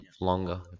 longer